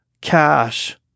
cash